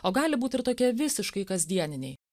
o gali būt ir tokie visiškai kasdieniniai